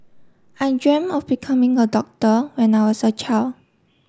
I dreamt of becoming a doctor when I was a child